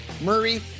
Murray